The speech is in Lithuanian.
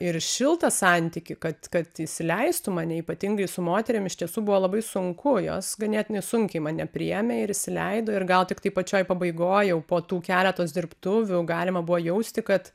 ir šiltą santykį kad kad įsileistų mane ypatingai su moterim iš tiesų buvo labai sunku jos ganėtinai sunkiai mane priėmė ir įsileido ir gal tiktai pačioj pabaigojjau po tų keletos dirbtuvių galima buvo jausti kad